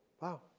Wow